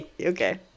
Okay